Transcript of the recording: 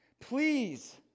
Please